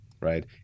right